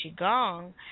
Qigong